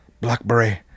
blackberry